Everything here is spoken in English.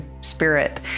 spirit